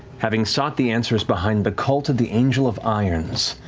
having sought the answers behind the cult of the angel of irons,